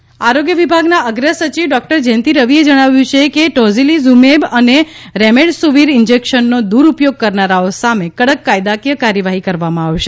Surat injection આરોગ્ય વિભાગના અગ્રસચિવ ડોક્ટર જયંતિ રવીએ જણાવ્યું છે કે ટોસીલીઝુમેબ અને રેમડેસુવીર ઇન્જેકશનનો દુરુઉપયોગ કરનારાઓ સામે કડક કાયદાકીય કાર્યવાહી કરવામાં આવશે